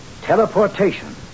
Teleportation